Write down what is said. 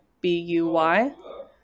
B-U-Y